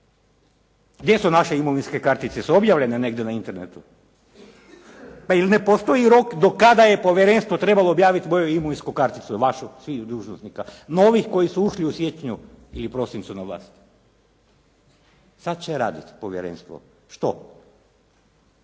Gdje su naše imovinske kartice, jesu objavljene negdje na Internetu? Pa jel' ne postoji rok do kada je povjerenstvo trebalo objavit moju imovinsku karticu, vašu, svih dužnosnika novih koji su ušli u siječnju i prosincu na vlast? Sad će radit povjerenstvo, što?